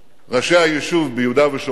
ראשי היישוב ביהודה ושומרון